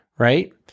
Right